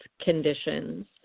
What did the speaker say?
conditions